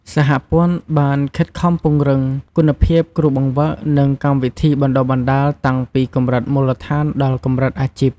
សហព័ន្ធបានខិតខំពង្រឹងគុណភាពគ្រូបង្វឹក និងកម្មវិធីបណ្ដុះបណ្ដាលតាំងពីកម្រិតមូលដ្ឋានដល់កម្រិតអាជីព។